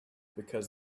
because